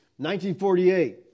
1948